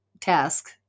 task